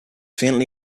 faintly